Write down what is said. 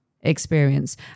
experience